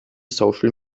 social